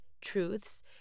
truths